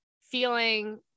Feeling